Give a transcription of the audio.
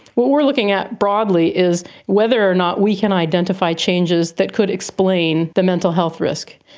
what we are looking at broadly is whether or not we can identify changes that could explain the mental health risk.